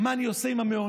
מה אני עושה עם המעונות?